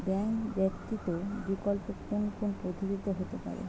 Bank ব্যতীত বিকল্প কোন কোন পদ্ধতিতে হতে পারে?